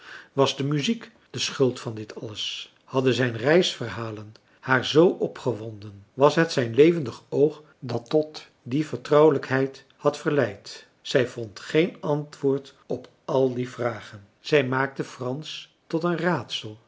was de muziek de schuld van dit alles hadden zijn reisverhalen haar zoo opgewonden was het zijn levendig oog dat tot die vertrouwelijkheid had verleid zij vond geen antwoord op al die vragen zij maakte frans tot een raadsel